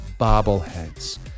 bobbleheads